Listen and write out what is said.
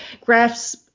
graphs